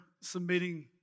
submitting